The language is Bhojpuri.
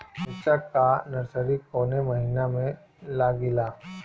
मिरचा का नर्सरी कौने महीना में लागिला?